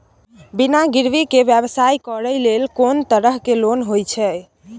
बिना गिरवी के व्यवसाय करै ले कोन तरह के लोन होए छै?